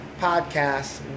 podcast